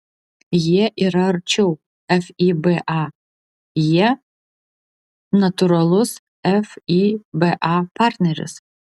jie yra arčiau fiba jie natūralus fiba partneris